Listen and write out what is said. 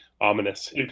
ominous